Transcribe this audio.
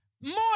more